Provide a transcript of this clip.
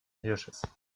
hirsches